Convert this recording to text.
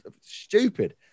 Stupid